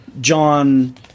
John